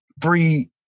three